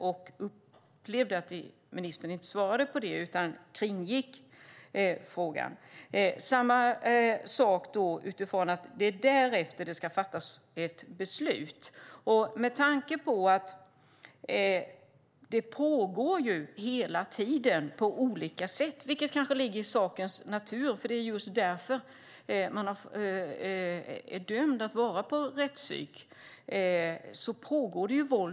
Jag upplever dock att ministern inte svarade på det utan kringgick frågan. Därefter ska det fattas ett beslut. Men våld och hot mellan de intagna pågår hela tiden på olika sätt, vilket kanske ligger i sakens natur - det är just därför man är dömd att vara på rättspsyk.